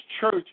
church